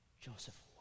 Joseph